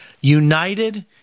United